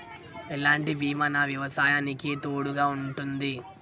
ఎలాంటి బీమా నా వ్యవసాయానికి తోడుగా ఉంటుంది?